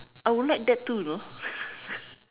I would like that too you know